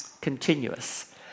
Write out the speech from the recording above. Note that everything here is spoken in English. continuous